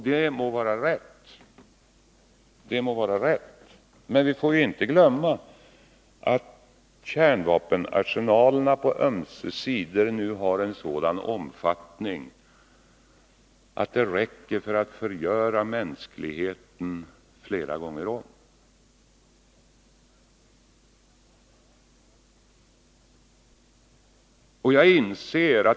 Det må vara rätt, men vi får inte glömma att kärnvapenarsenalerna på ömse sidor nu har en sådan omfattning att det räcker för att förgöra mänskligheten flera gånger om.